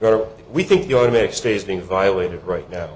or we think the automatic stays being violated right now